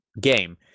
game